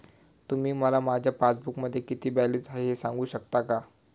तुम्ही मला माझ्या पासबूकमध्ये किती बॅलन्स आहे हे सांगू शकता का?